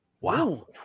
Wow